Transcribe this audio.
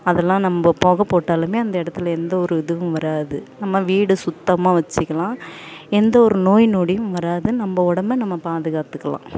அதலாம் நம்ம புகை போட்டலுமே அந்த இடத்துல எந்த ஒரு இதுவும் வராது நம்ம வீடு சுத்தமாக வச்சுக்கலாம் எந்த ஒரு நோய் நொடியும் வராது நம்ம உடம்பை நம்ம பாதுகாத்துக்கலாம்